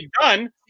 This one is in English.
done